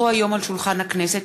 כי הונחו היום על שולחן הכנסת,